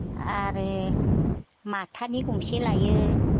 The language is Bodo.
आरो माथानि गंसे लायो